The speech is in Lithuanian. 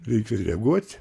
reikia reaguot